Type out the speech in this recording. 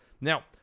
Now